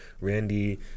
randy